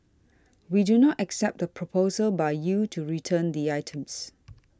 we do not accept the proposal by you to return the items